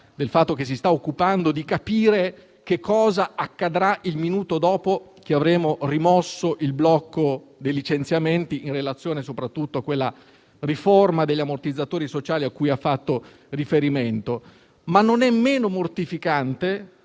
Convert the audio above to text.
perché si sta occupando di capire che cosa accadrà il minuto dopo la rimozione del blocco dei licenziamenti, in relazione soprattutto alla riforma degli ammortizzatori sociali cui ha fatto riferimento. Tuttavia, non è meno mortificante